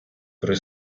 при